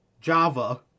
Java